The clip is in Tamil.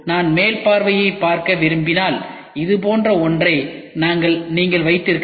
நான் மேல்பார்வையைப் பார்க்க விரும்பினால் இதுபோன்ற ஒன்றை நீங்கள் வைத்திருக்கலாம்